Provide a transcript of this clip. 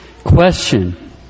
Question